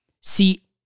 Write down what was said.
See